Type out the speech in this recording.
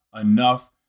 enough